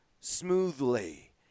smoothly